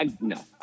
No